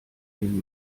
den